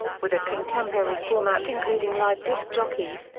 with a contemporary format including live disc jockeys,